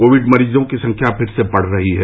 Covid मरीजों की संख्या फिर से बढ़ रही है